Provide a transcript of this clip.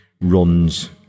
runs